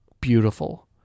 beautiful